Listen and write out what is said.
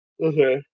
Okay